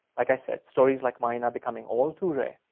like i said, stories like mine are becoming all too rare.